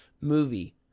movie